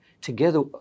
together